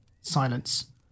Silence